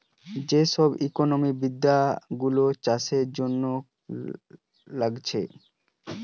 যে সব ইকোনোমিক্স বিদ্যা গুলো চাষের জন্যে লাগছে